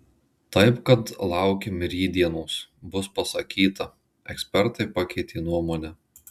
taip kad laukim rytdienos bus pasakyta ekspertai pakeitė nuomonę